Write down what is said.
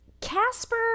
Casper